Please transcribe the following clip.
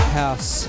house